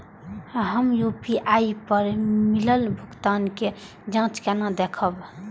हम यू.पी.आई पर मिलल भुगतान के जाँच केना देखब?